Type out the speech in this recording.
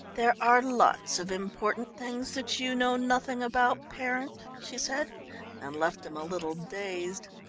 there are lots of important things that you know nothing about, parent, she said and left him a little dazed.